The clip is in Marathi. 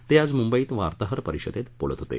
ते आज मुंबईत वार्ताहर परिषदेत बोलत होते